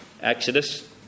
Exodus